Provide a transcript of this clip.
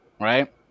right